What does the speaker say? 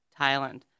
Thailand